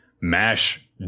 Mash